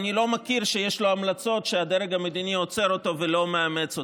אני לא מכיר שיש לו המלצות שהדרג המדיני עוצר אותן ולא מאמץ אותן.